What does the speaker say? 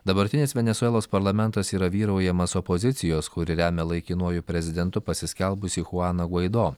dabartinis venesuelos parlamentas yra vyraujamas opozicijos kuri remia laikinuoju prezidentu pasiskelbusį chuaną gvaido